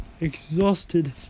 exhausted